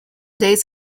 days